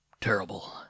Terrible